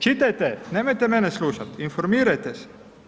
Čitajte, nemojte mene slušati, informirajte se.